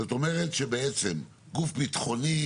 זאת אומרת שגוף ביטחוני,